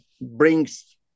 brings